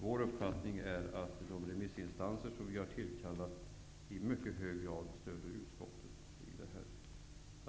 Vår uppfattning är att de remissinstanser som vi har tillkallat i mycket hög grad stöder utskottet.